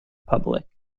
public